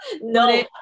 no